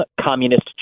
communist